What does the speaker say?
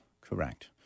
correct